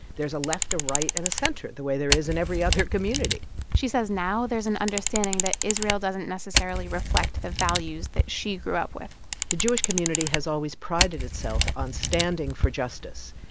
there's a left, a right and a center the way there is in every other community she says now there's an understanding that israel doesn't necessarily reflect the values that she grew up with the jewish community has always prided itself on standing for justice,